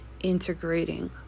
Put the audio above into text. integrating